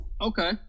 Okay